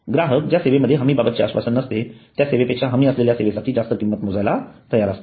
ग्राहक ज्या सेवेमध्ये हमीबाबतचे आश्वासन नसते त्या सेवेपेक्षा हमी असलेल्या सेवेसाठी जास्त किंमत मोजायला तयार असतात